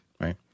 Right